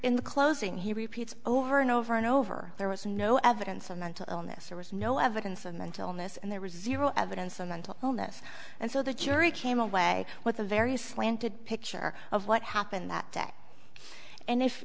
in the closing he repeats over and over and over there was no evidence of mental illness or was no evidence of mental illness and there was evil evidence of mental illness and so the jury came away with a very slanted picture of what happened that day and if